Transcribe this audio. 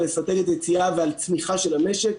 על אסטרטגיית יציאה ועל צמיחה של המשק.